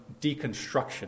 deconstruction